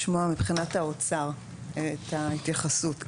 לשמוע מבחינת האוצר את ההתייחסות.